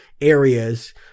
areas